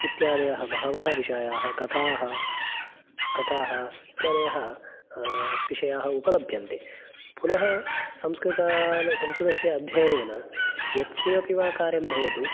इत्यादयः बहवः विषयाः कथाः कथाः इत्यादयः विषयाः उपलभ्यन्ते पुनः संस्कृतान् संस्कृतस्य अध्ययनेन यत्किमपि वा कार्यं भवतु